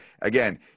again